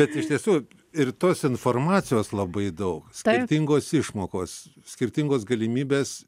bet iš tiesų ir tos informacijos labai daug skirtingos išmokos skirtingos galimybės